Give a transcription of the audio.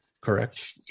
correct